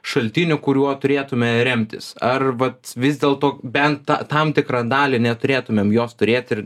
šaltiniu kuriuo turėtume remtis ar vat vis dėlto bent tą tam tikrą dalį neturėtumėm jos turėt ir